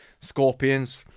scorpions